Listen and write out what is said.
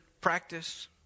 practice